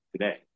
today